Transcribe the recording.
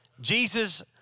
Jesus